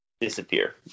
disappear